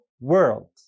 world